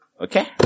okay